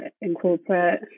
incorporate